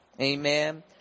amen